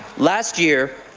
last year,